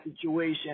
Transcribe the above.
situation